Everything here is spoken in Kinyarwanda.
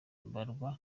mbarwa